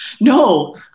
No